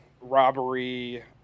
robbery